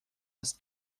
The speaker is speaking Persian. است